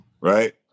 Right